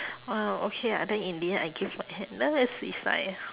oh okay ah then in the end I give my hand then that's is like